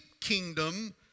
kingdom